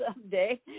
someday